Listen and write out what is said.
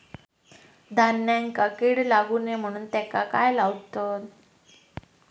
धान्यांका कीड लागू नये म्हणून त्याका काय लावतत?